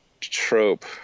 trope